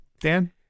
Dan